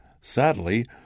Sadly